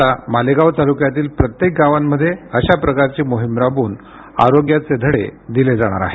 आता मालेगाव तालुक्यातील प्रत्येक गावांमध्ये अशा प्रकारची मोहीम राबवून आरोग्याचे धडे दिले जाणार आहेत